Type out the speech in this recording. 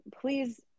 please